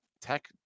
Tech